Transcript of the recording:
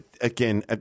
again